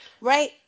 Right